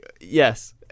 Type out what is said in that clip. yes